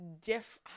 diff